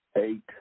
eight